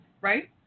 right